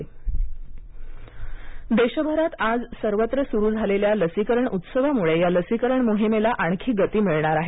लस उत्सव देशभरात आज सर्वत्र सुरू झालेल्या लसीकरण उत्सवामुळे या लसीकरण मोहिमेला आणखी गती मिळणार आहे